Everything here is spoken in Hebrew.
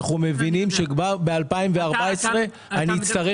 אנחנו מבינים שכבר בשנת 2024 אני אצטרך